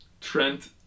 Trent